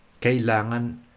Kailangan